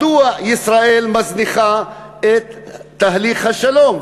מדוע ישראל מזניחה את תהליך השלום?